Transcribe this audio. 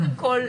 קודם כול,